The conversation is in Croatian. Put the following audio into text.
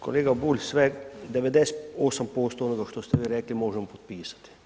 Kolega Bulj, sve, 98% onoga što ste vi rekli možemo potpisati.